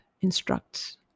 instructs